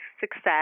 success